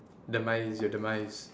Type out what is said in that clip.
demise your demise